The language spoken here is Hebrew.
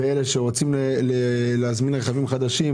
ואלה שרוצים להזמין רכבים חדשים,